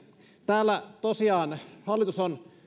täällä tosiaan hallitus on